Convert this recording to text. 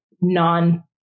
non